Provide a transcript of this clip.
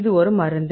இது ஒரு மருந்து